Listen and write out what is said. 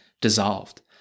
dissolved